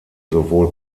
sowohl